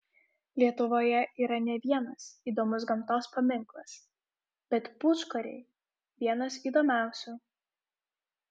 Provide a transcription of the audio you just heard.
lietuvoje yra ne vienas įdomus gamtos paminklas bet pūčkoriai vienas įdomiausių